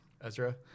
Ezra